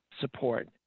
support